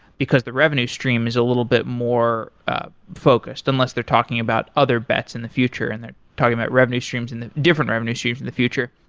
because the revenue stream is a little bit more focused, unless they're talking about other bets in the future and they're talking about revenue streams and the different revenue streams in the future.